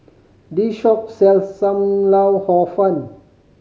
this shop sells Sam Lau Hor Fun